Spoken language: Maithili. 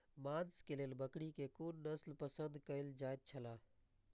मांस के लेल बकरी के कुन नस्ल पसंद कायल जायत छला?